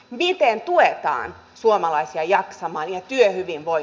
miten tuetaan suomalaisia jaksamaan näkee hyvin vai